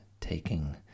taking